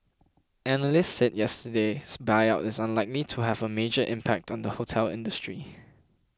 analysts said yesterday's buyout is unlikely to have a major impact on the hotel industry